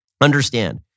Understand